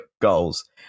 Goals